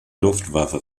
luftwaffe